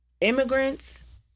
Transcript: immigrants